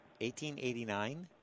1889